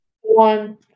One